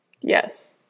Yes